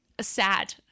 Sad